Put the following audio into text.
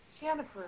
Jennifer